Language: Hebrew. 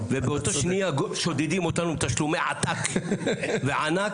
ובאותה שנייה שודדים אותנו בתשלומי עתק וענק,